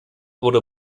wurde